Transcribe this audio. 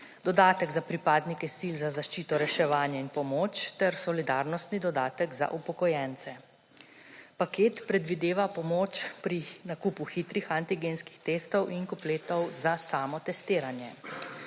dodatek za pripadnike sil za zaščito, reševanje in pomoč ter solidarnostni dodatek za upokojence. Paket predvideva pomoč pri nakupu hitrih antigenskih testov in kompletov za samotestiranje.